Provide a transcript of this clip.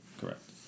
Correct